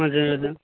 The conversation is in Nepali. हजुर हजुर